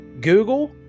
Google